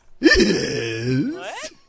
Yes